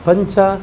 पञ्च